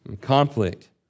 conflict